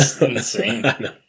insane